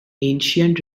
ancient